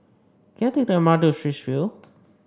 can I take the M R T to Straits View